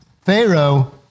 Pharaoh